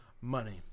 money